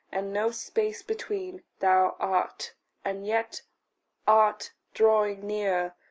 and no space between, thou art and yet art drawing nearer,